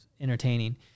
entertaining